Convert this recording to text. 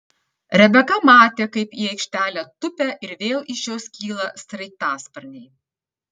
rebeka matė kaip į aikštelę tupia ir vėl iš jos kyla sraigtasparniai